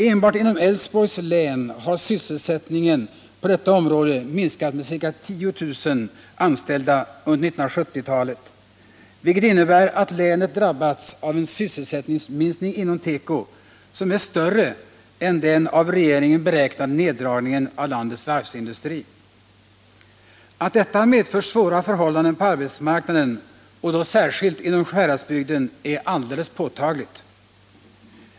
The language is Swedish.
Enbart inom Älvsborgs län har sysselsättningen på detta område minskat med ca 10 000 anställda under 1970-talet, vilket innebär att länet drabbats av en sysselsättningsminskning inom teko, som är större än den av regeringen beräknade neddragningen av landets varvsindustri. Att detta har medfört svåra förhållanden på arbetsmarknaden, och då särskilt inom Sjuhäradsbygden, är alldeles påtagligt.